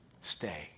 Stay